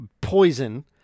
poison